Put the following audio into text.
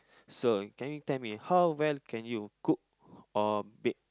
so can you tell me how well can you cook or bake